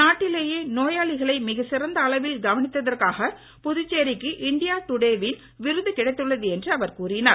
நாட்டிலேயே நோயாளிகளை அளவில் கவனித்ததற்காக புதுச்சேரிக்கு இண்டியா டுடே வின் விருது கிடைத்துள்ளது என அவர் கூறினார்